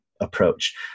approach